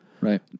Right